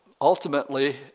Ultimately